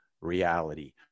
reality